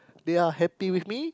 they are happy with me